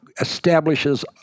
establishes